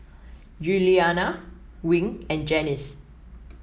Giuliana Wing and Janice